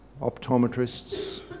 optometrists